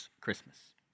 Christmas